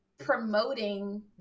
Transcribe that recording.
promoting